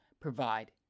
provide